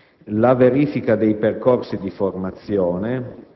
dell'affidamento temporaneo, la verifica dei percorsi di formazione,